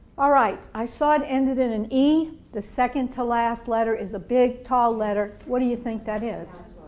all right i saw it ended in an e the second to last letter is a big tall letter, what do you think that is?